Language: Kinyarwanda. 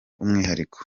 umwihariko